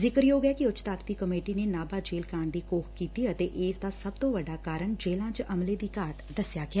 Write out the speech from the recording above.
ਜ਼ਿਕਰਯੋਗ ਐ ਕਿ ਉੱਚ ਤਾਕਤੀ ਕਮੇਟੀ ਨੇ ਨਾਭਾ ਜੇਲ੍ ਕਾਂਡ ਦੀ ਘੋਖ ਕੀਤੀ ਅਤੇ ਇਸ ਦਾ ਸਭ ਤੋਂ ਵੱਡਾ ਕਾਰਨ ਜੇਲ੍ਹਾਂ ਚ ਅਮਲੇ ਦੀ ਘਾਟ ਦਸਿਆ ਗਿਆ